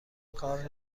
کار